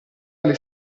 alle